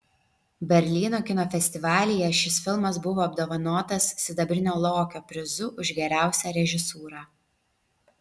berlyno kino festivalyje šis filmas buvo apdovanotas sidabrinio lokio prizu už geriausią režisūrą